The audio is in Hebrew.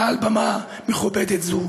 מעל במה מכובדת זו.